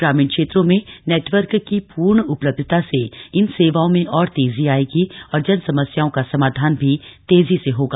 ग्रामीण क्षेत्रों में नेटवर्क की पूर्ण उपलब्धता से इन सेवाओं में और तेजी आयेगी और जन समस्याओं का समाधान भी तेजी से होगा